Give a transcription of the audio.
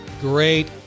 great